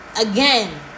again